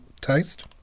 taste